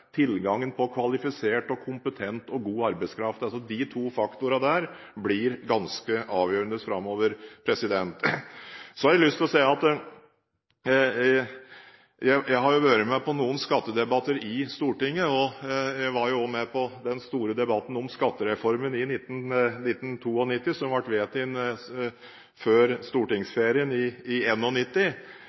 tilgangen på kvalifisert, kompetent og god arbeidskraft. Disse to faktorene blir ganske avgjørende framover. Så har jeg lyst til å si at jeg har vært med på noen skattedebatter i Stortinget, og jeg var også med på den store debatten om skattereformen i 1992, som ble vedtatt før stortingsferien i 1991. Det jeg tror er viktig, og som vi må holde fast ved, er at det er noen grunnleggende prinsipper i